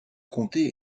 comté